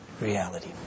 reality